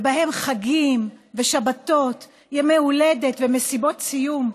ובהם חגים ושבתות, ימי הולדת ומסיבות סיום.